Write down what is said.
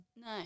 No